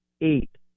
eight